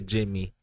Jimmy